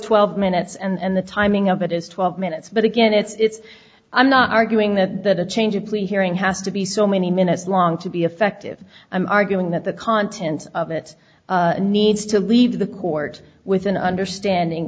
twelve minutes and the timing of it is twelve minutes but again it's i'm not arguing that that a change of plea hearing has to be so many minutes long to be effective i'm arguing that the content of it needs to leave the court with an understanding